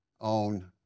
own